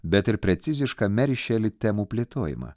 bet ir precizišką meri šeli temų plėtojimą